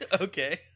Okay